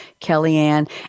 Kellyanne